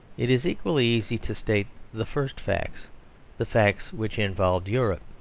it is equally easy to state the first facts the facts which involved europe.